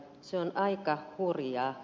se on aika hurjaa